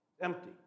Empty